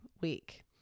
week